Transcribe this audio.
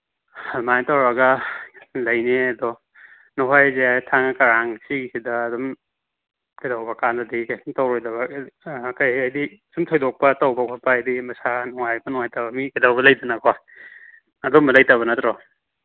ꯑꯗꯨꯃꯥꯏꯅ ꯇꯧꯔꯒ ꯂꯩꯅꯤ ꯑꯗꯣ ꯅꯈꯣꯏꯁꯦ ꯊꯥꯡꯒ ꯀꯔꯥꯡ ꯁꯤꯒꯤ ꯁꯤꯗ ꯑꯗꯨꯝ ꯀꯩꯗꯧꯕ ꯀꯥꯟꯗꯗꯤ ꯀꯩꯁꯨ ꯇꯧꯔꯣꯏꯗꯕ ꯀꯔꯤ ꯍꯥꯏꯗꯤ ꯁꯨꯝ ꯊꯣꯏꯗꯣꯛꯄ ꯇꯧꯕ ꯈꯣꯠꯄ ꯍꯥꯏꯗꯤ ꯃꯁꯥ ꯅꯨꯡꯉꯥꯏꯇꯕꯒꯤ ꯀꯩꯗꯧꯕ ꯂꯩꯗꯅꯀꯣ ꯑꯗꯨꯝꯕ ꯂꯩꯇꯕ ꯅꯠꯇ꯭ꯔꯣ